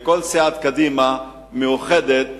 וכל סיעת קדימה מאוחדת